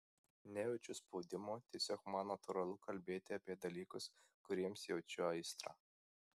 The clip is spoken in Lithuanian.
nejaučiu spaudimo tiesiog man natūralu kalbėti apie dalykus kuriems jaučiu aistrą